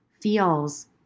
feels